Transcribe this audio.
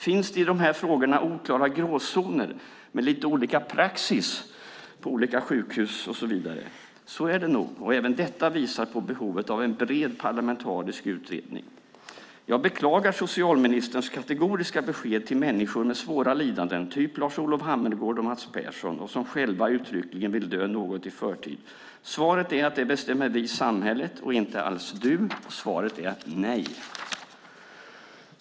Finns det i de här frågorna oklara gråzoner, med lite olika praxis på olika sjukhus? Så är det nog, och även detta visar på behovet av en bred parlamentarisk utredning. Jag beklagar socialministerns kategoriska besked till människor med svåra lidanden, typ Lars-Olov Hammergård och Mats Persson, som själva uttryckligen vill dö något i förtid. Svaret är att det bestämmer vi - samhället - och inte alls du. Svaret är nej.